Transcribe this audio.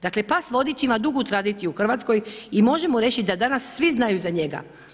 Dakle pas vodič ima dugu tradiciju u Hrvatskoj i možemo reći da danas svi znaju za njega.